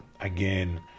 Again